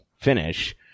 finish